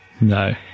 No